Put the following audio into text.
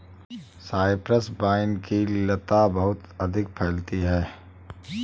Cyprus vine की लता बहुत अधिक फैलती है